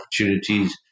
opportunities